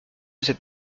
cette